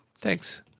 thanks